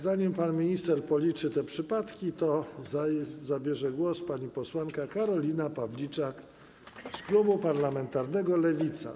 Zanim pan minister policzy te przypadki, głos zabierze pani posłanka Karolina Pawliczak z klubu parlamentarnego Lewica.